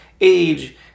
age